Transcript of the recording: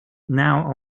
now